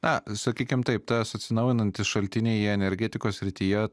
na sakykim taip tas atsinaujinantys šaltiniai jie energetikos srityje